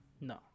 No